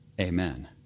amen